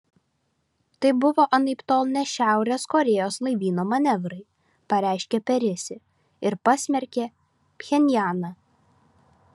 tai buvo anaiptol ne šiaurės korėjos laivyno manevrai pareiškė perisi ir pasmerkė pchenjaną